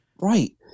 Right